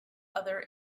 other